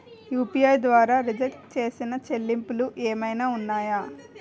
UPI ద్వారా restrict చేసిన చెల్లింపులు ఏమైనా ఉన్నాయా?